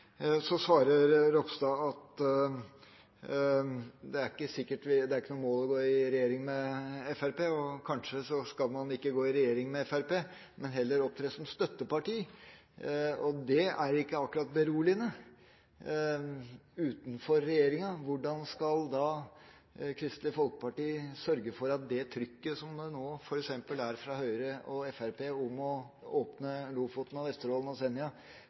Så svarer representanten Ropstad at det er ikke noe mål å gå i regjering med Fremskrittspartiet, og kanskje skal man ikke gå i regjering med Fremskrittspartiet, men heller opptre som støtteparti. Det er ikke akkurat beroligende. Utenfor regjeringa: Hvordan skal Kristelig Folkeparti sørge for å stå imot det trykket som det nå er fra f.eks. Høyre og Fremskrittspartiet om å åpne Lofoten, Vesterålen og Senja